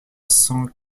cent